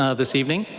ah this evening.